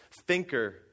thinker